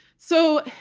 so,